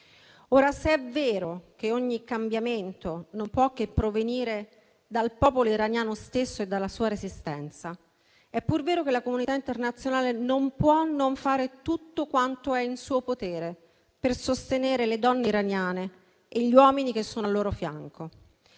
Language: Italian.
Ora, se è vero che ogni cambiamento non può che provenire dal popolo iraniano stesso e dalla sua resistenza, è pur vero che la comunità internazionale non può non fare tutto quanto in suo potere per sostenere le donne iraniane e gli uomini che sono al loro fianco.